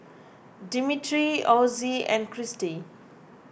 Dimitri Ozzie and Cristy